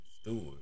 Stewart